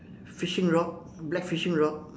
fishing rod black fishing rod